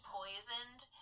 poisoned